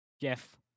Jeff